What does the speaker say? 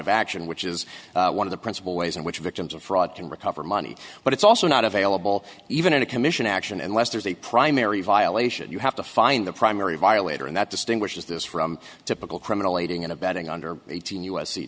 of action which is one of the principal ways in which victims of fraud can recover money but it's also not available even in a commission action unless there's a primary violation you have to find the primary violator and that distinguishes this from typical criminal aiding and abetting under eighteen u